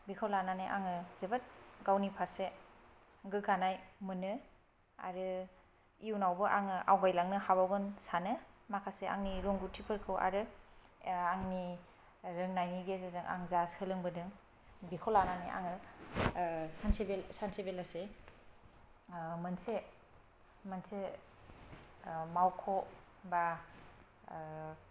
बेखौ लानानै आङो जोबोद गावनि फारसे गोग्गानाय मोनो आरो इयुनावबो आङो आवगायलांनो हाबावगोन सानो माखासे आंनि रोंगौथिफोरखौ आरो आंनि रोंनायनि गेजेरजों आं जा सोलोंबोदों बेखौ लानानै आङो सानसे बे सानसे बेलासे मोनसे मोनसे मावख' एबा